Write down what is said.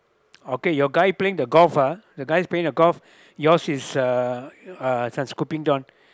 okay your guy playing the golf ah the guys playing the golf yours is uh uh this one scooping down